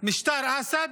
משטר אסד,